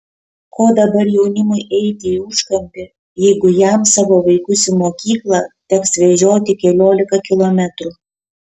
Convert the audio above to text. ko dabar jaunimui eiti į užkampį jeigu jam savo vaikus į mokyklą teks vežioti keliolika kilometrų